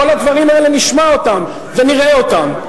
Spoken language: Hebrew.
כל הדברים האלה נשמע אותם ונראה אותם.